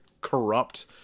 corrupt